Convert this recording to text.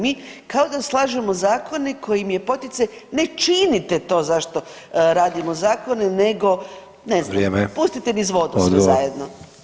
Mi kao da slažemo zakone kojim je poticaj ne činite to zašto radimo zakone nego ne znam [[Upadica Sanader: Vrijeme.]] pustite niz vodu sve zajedno.